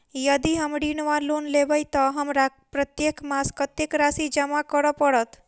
यदि हम ऋण वा लोन लेबै तऽ हमरा प्रत्येक मास कत्तेक राशि जमा करऽ पड़त?